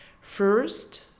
First